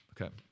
Okay